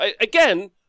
Again